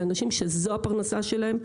זה אנשים שזו הפרנסה שלהם,